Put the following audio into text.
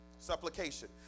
Supplication